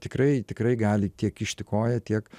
tikrai tikrai gali tiek tiek kišti koją tiek